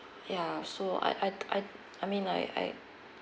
ya so I I I I mean like I